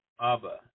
Abba